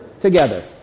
together